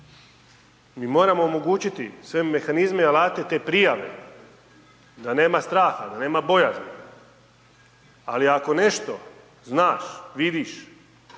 Mi moramo omogućiti sve mehanizme i alate te prijave da nema straha, da nema bojazni ali ako nešto znaš, vidiš,